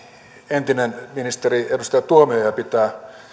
entinen ministeri edustaja tuomioja pitää